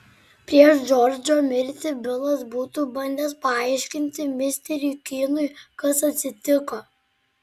prieš džordžo mirtį bilas būtų bandęs paaiškinti misteriui kynui kas atsitiko